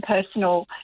personal